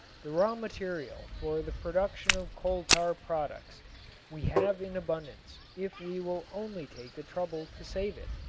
the raw material for the production of coal-tar products we have in abundance if we will only take the trouble to save it.